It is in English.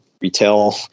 retail